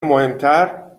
مهمتر